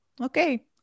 Okay